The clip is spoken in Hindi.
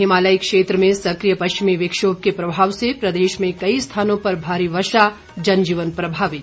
हिमालय क्षेत्र में सक्रिय पश्चिमी विक्षोभ के प्रभाव से प्रदेश में कई स्थानों पर भारी वर्षा जनजीवन प्रभावित